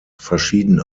verschieden